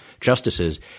justices